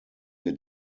wir